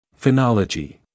Phenology